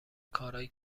کارایی